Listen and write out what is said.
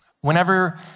Whenever